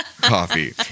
coffee